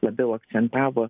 labiau akcentavo